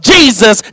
Jesus